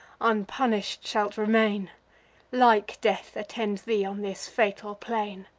unpunish'd shalt remain like death attends thee on this fatal plain.